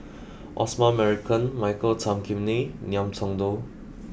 Osman Merican Michael Tan Kim Nei Ngiam Tong Dow